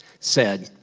said,